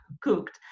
cooked